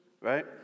right